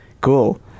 Cool